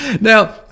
now